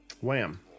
Wham